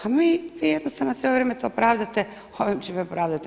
A vi jednostavno cijelo vrijeme to pravdate ovim čime pravdate.